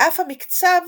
ואף המקצב